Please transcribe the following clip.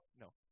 No